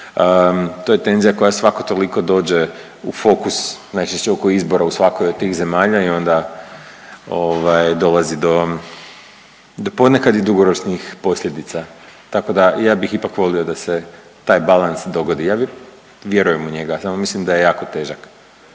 To je tenzija koja svako toliko dođe u fokus, najčešće oko izbora u svakoj od tih zemalja i onda ovaj dolazi do, do ponekad i dugoročnih posljedica, tako da ja bih ipak volio da se taj balans dogodi, ja bi, vjerujem u njega, samo mislim da je jako težak